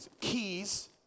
keys